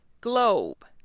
Globe